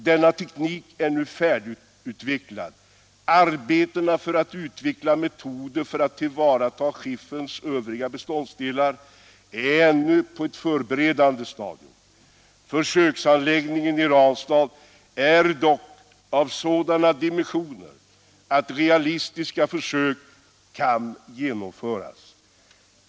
Denna teknik är nu färdigutvecklad. Arbetena för att utveckla metoder för att tillvarata skifferns övriga beståndsdelar är ännu på ett förberedande stadium. Försöksanläggningen i Ranstad är dock av sådana dimensioner att realistiska försök kan genomföras.